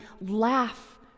laugh